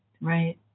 Right